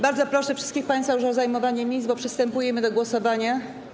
Bardzo proszę wszystkich państwa już o zajmowanie miejsc, bo przystępujemy do głosowania.